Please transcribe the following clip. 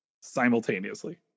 simultaneously